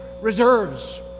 reserves